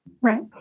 Right